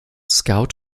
scout